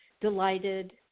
delighted